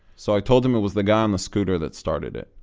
so i told him it was the guy on the scooter that started it,